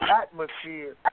atmosphere